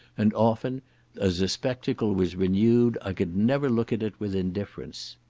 and often as the spectacle was renewed i could never look at it with indifference.